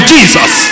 Jesus